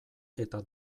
eta